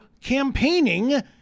campaigning